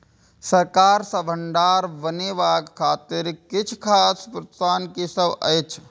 सरकार सँ भण्डार बनेवाक खातिर किछ खास प्रोत्साहन कि सब अइछ?